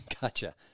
gotcha